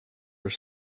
your